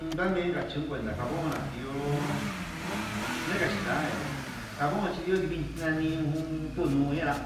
Un ndame kachún kuenta jabón na ndió dekanchinda ndene, jabón chi ndio ndinixna ni'u tunuera